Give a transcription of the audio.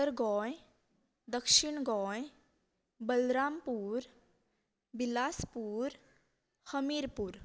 उत्तर गोंय दक्षीण गोंय बलरामपूर बिलासपूर हमीरपूर